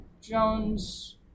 Jones